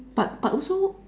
but but also